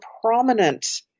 prominent